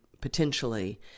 potentially